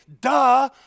Duh